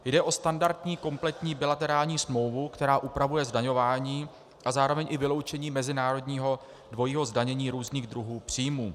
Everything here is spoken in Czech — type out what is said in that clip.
Jde o standardní kompletní bilaterální smlouvu, která upravuje zdaňování a zároveň i vyloučení mezinárodního dvojího zdanění různých druhů příjmů.